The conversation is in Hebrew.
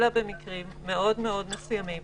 אלא במקרים מאוד מאוד מסוימים.